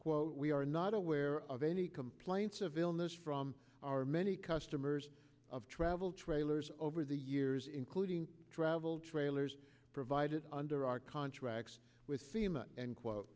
quote we are not aware of any complaints of illness from our many customers of travel trailers over the years including travel trailers provided under our contracts with seamen and quote